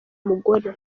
umugore